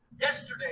Yesterday